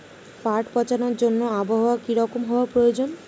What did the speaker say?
পাট পচানোর জন্য আবহাওয়া কী রকম হওয়ার প্রয়োজন?